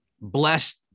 blessed